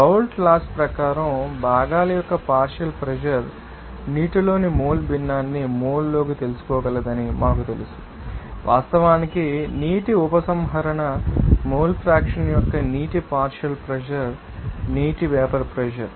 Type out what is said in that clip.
Raoult laws ప్రకారం భాగాల యొక్క పార్షియల్ ప్రెషర్ నీటిలోని మోల్ భిన్నాన్ని మోల్ లోకి తెలుసుకోగలదని మాకు తెలుసు వాస్తవానికి నీటి ఉపసంహరణ మోల్ ఫ్రాక్షన్ యొక్క నీటి పార్షియల్ ప్రెషర్ నీటి వేపర్ ప్రెషర్